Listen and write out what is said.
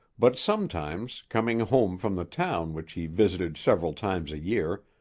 but sometimes, coming home from the town which he visited several times a year,